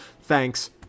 Thanks